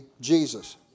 Jesus